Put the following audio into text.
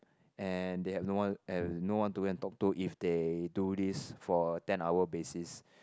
and they had no one and no one to go and talk to if they do this for a ten hour basis